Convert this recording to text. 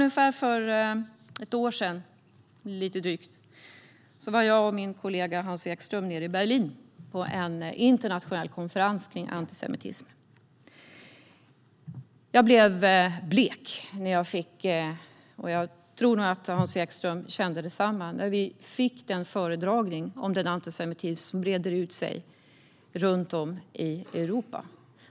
För lite drygt ett år sedan var jag och min kollega Hans Ekström nere i Berlin på en internationell konferens om antisemitism. Jag blev blek - och jag tror nog att Hans Ekström också blev det - när vi fick en föredragning om den antisemitism som breder ut sig runt om i Europa.